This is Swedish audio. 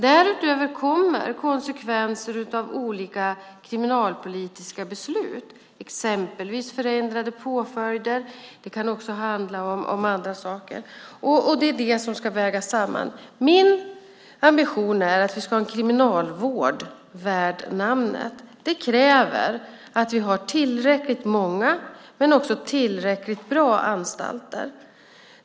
Därutöver kommer konsekvenser av olika kriminalpolitiska beslut, exempelvis förändrade påföljder och andra saker. Det är det som ska vägas samman. Min ambition är att vi ska ha en kriminalvård värd namnet. Det kräver att vi har tillräckligt många men också tillräckligt bra anstalter.